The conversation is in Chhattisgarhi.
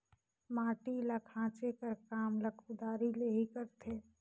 माटी ल खाचे कर काम ल कुदारी ले ही करथे